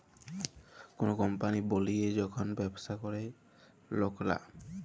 call কম্পলি বলিয়ে যখল ব্যবসা ক্যরে লকরা